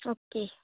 okay